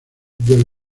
del